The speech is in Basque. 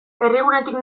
herrigunetik